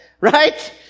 right